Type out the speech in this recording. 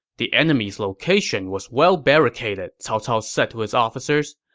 the enemy's location was well barricaded, cao cao said to his officers.